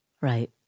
Right